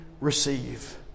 receive